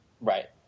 Right